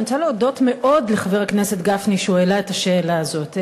ואני רוצה להודות מאוד לחבר הכנסת גפני שהעלה את השאלה הזאת.